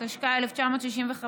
התשכ"ה 1965,